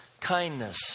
kindness